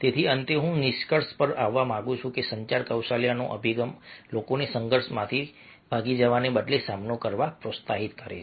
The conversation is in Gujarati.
તેથી અંતે હું નિષ્કર્ષ પર આવવા માંગુ છું કે સંચાર કૌશલ્યનો અભિગમ લોકોને સંઘર્ષમાંથી ભાગી જવાને બદલે સામનો કરવા પ્રોત્સાહિત કરે છે